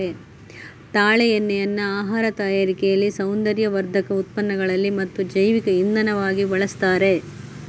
ತಾಳೆ ಎಣ್ಣೆಯನ್ನ ಆಹಾರ ತಯಾರಿಕೆಯಲ್ಲಿ, ಸೌಂದರ್ಯವರ್ಧಕ ಉತ್ಪನ್ನಗಳಲ್ಲಿ ಮತ್ತು ಜೈವಿಕ ಇಂಧನವಾಗಿ ಬಳಸ್ತಾರೆ